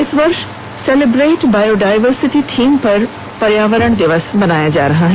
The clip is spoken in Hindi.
इस वर्ष सेलिब्रेट बायोडायवर्सिटी थीम पर पर्यावरण दिवस मनाया जा रहा है